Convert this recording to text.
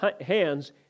hands